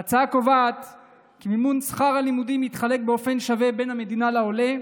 ההצעה קובעת כי מימון שכר הלימודים יתחלק באופן שווה בין המדינה לעולה,